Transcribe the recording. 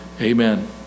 amen